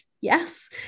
Yes